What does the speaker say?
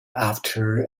after